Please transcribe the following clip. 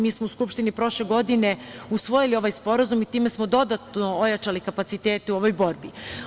Mi smo u Skupštini prošle godine usvojili ovaj Sporazum i time smo dodatno ojačali kapacitete u ovoj borbi.